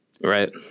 Right